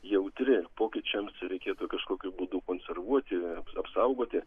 jautri pokyčiams ir reikėtų kažkokiu būdu konservuoti apsaugoti